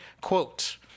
Quote